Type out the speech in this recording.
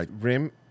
Rim